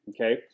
Okay